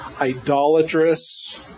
idolatrous